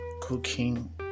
cooking